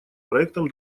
проектом